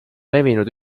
levinud